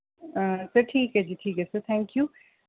sir ਠੀਕ ਹੈ ਜੀ ਠੀਕ ਹੈ ਸਰ ਥੈਂਕ ਯੂ